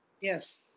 Yes